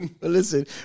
Listen